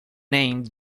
named